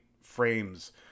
frames